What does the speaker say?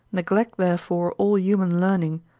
neglect therefore all human learning,